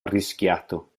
arrischiato